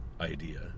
idea